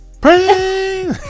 Pray